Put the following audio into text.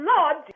Lord